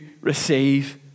receive